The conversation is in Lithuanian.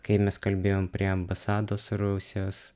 kai mes kalbėjom prie ambasados rusijos